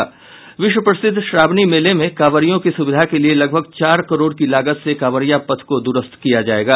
विश्व प्रसिद्ध श्रावणी मेले में कांवरियों की सुविधा के लिये लगभग चार करोड़ की लागत से कांवरियां पथ को दुरूस्त किया जायेगा